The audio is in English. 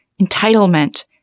entitlement